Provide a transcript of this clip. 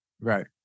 right